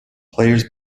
players